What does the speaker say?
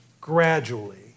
gradually